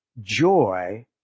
joy